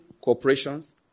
corporations